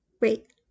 Wait